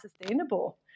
sustainable